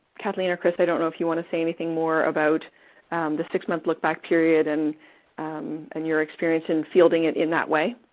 kathleen or chris, i don't know if you want to say anything more about the six-month look back period and and your experience in fielding it in that way.